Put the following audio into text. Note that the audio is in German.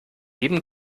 jedem